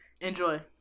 Enjoy